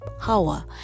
power